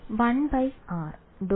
വിദ്യാർത്ഥി 1 by r